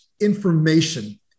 information